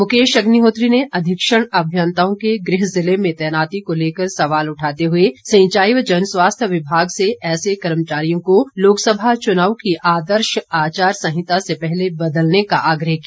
मुकेश अग्निहोत्री ने अधीक्षण अभियंताओं के गृह क्षेत्र में तैनाती को लेकर सवाल उठाते हुए सिंचाई व जनस्वास्थ्य विभाग से ऐसे कर्मचारियों को लोकसभा चुनाव की आदर्श आचार संहिता से पहले बदलने का आग्रह किया